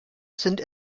sind